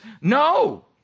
No